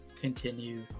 continue